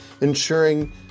ensuring